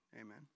Amen